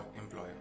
employer